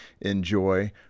enjoy